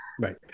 Right